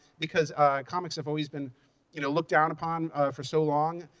because comics have always been you know looked down upon for so long.